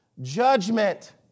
judgment